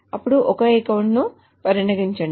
అప్పుడు ఒక అకౌంట్ ను పరిగణించండి